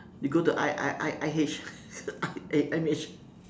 you go to I I I I H I_M_H